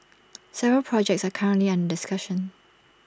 several projects are currently under discussion